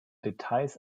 details